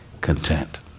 content